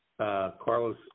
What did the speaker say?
Carlos